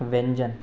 व्यंजन